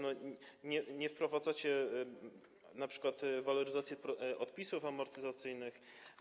Nie wprowadzacie np. waloryzacji odpisów amortyzacyjnych.